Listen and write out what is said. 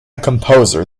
composer